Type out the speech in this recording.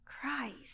Christ